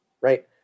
Right